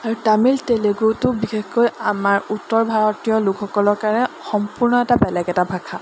আৰু তামিল তেলেগুটো বিশেষকৈ আমাৰ উত্তৰ ভাৰতীয় লোকসকলৰ কাৰণে সম্পূৰ্ণ এটা বেলেগ এটা ভাষা